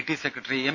T secretary M